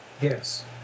Yes